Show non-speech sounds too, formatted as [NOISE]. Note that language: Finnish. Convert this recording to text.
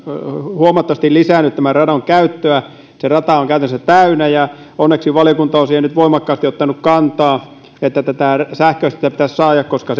huomattavasti lisännyt tämän radan käyttöä se rata on käytännössä täynnä ja onneksi valiokunta on siihen nyt voimakkaasti ottanut kantaa että tätä sähköistämistä pitäisi saada koska [UNINTELLIGIBLE]